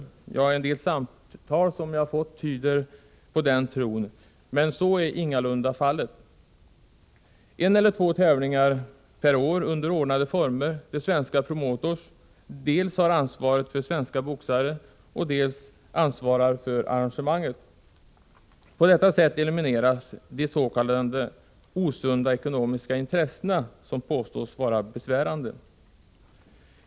En del samtal som jag fått tyder på den tron. Men så är ingalunda fallet. Vad vi får är en eller två tävlingar per år under ordnade former, där svenska promotorer dels har ansvaret för svenska boxare, dels ansvarar för arrangemanget. På detta sätt elimineras de s.k. osunda ekonomiska intressena, som påstås vara besvärande.